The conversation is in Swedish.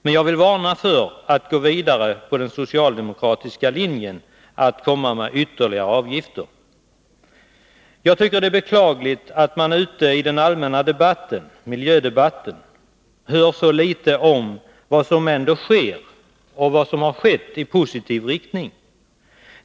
Men jag vill varna för att gå vidare på den socialdemokratiska linjen, dvs. att komma med ytterligare avgifter. Det är beklagligt att man i den allmänna miljödebatten hör så litet om vad som har skett och sker i positiv riktning.